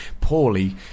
poorly